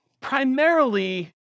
primarily